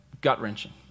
gut-wrenching